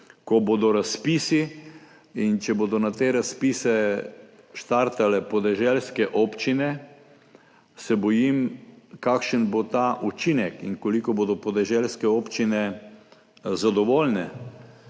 ko bodo razpisi, če bodo na te razpise štartale podeželske občine, se bojim, kakšen bo ta učinek in koliko bodo podeželske občine zadovoljne.